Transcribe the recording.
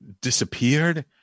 disappeared